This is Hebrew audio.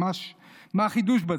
מה החידוש בזה?